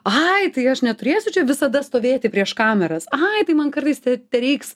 ai tai aš neturėsiu čia visada stovėti prieš kameras ai tai man kartais tereiks